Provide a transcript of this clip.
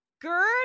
Gerd